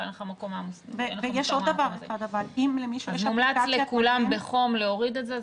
אז מומלץ לכולם בחום להוריד את זה.